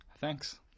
Thanks